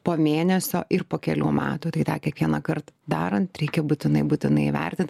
po mėnesio ir po kelių metų tai tą kiekvienąkart darant reikia būtinai būtinai įvertint